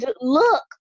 look